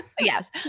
Yes